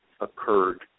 occurred